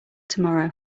tomorrow